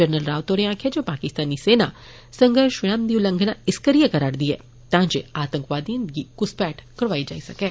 general Rawat होरें आक्खेया जे पाकिस्तानी सेना संघर्ष विराम दी उल्लंघना इस करियै करा रदी ऐ तां जे आतंकवादियें गी घुसपैठ करोआई जाई सके